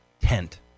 tent